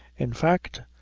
in fact,